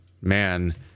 man